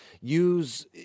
use